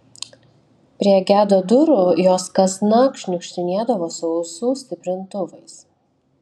prie gedo durų jos kasnakt šniukštinėdavo su ausų stiprintuvais